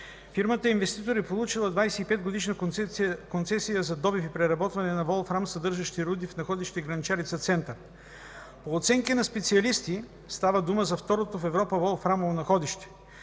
Фирмата инвеститор е получила 25-годишна концесия за добив и преработване на съдържащи волфрам руди в находище Грънчарица – център. По оценки на специалисти става дума за второто в Европа волфрамово находище.